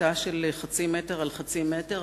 בתא של חצי מטר על חצי מטר,